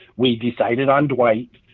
we decided on dwight.